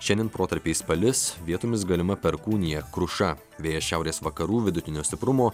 šiandien protarpiais palis vietomis galima perkūnija kruša vėjas šiaurės vakarų vidutinio stiprumo